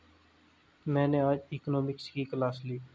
मैंने आज इकोनॉमिक्स की क्लास ली